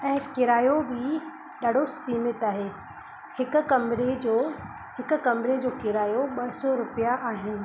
ऐं किरायो बि ॾाढो सीमित आहे हिक कमिरे जो हिक कमरे जो किरायो ॿ सौ रुपया आहिनि